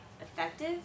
effective